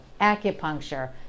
acupuncture